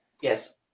Yes